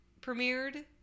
premiered